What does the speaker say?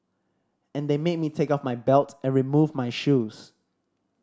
and they made me take off my belt and remove my shoes